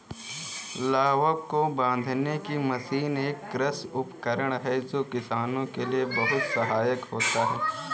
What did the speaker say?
लावक को बांधने की मशीन एक कृषि उपकरण है जो किसानों के लिए बहुत सहायक होता है